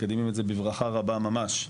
מקדמים את זה בברכה רבה ממש,